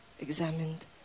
examined